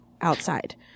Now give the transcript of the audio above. outside